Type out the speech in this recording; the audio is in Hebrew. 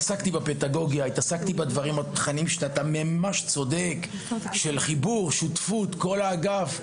אני התעסקתי בפדגוגיה ובדברים של חיבור ושותפות בכל האגף.